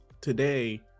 Today